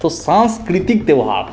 तो सांस्कृतिक त्यौहार